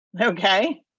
Okay